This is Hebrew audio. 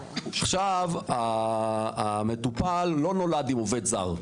עכשיו המטופל לא נולד עם עובד זר,